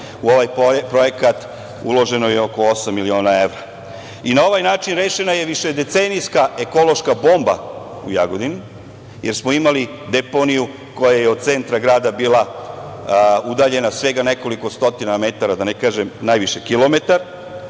U ovaj projekat uloženo je oko osam miliona evra. Na ovaj način rešena je višedecenijska ekološka bomba u Jagodini, jer smo imali deponiju koja je od centra grada bila udaljena svega nekoliko stotina metara, da ne kažem najviše kilometar,